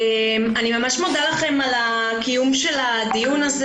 אני ממש מודה לכם על הקיום של הדיון הזה.